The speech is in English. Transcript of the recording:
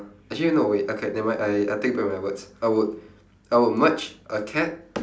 actually no wait okay never mind I I take back my words I would I would merge a cat